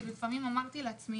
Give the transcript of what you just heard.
אמרתי לעצמי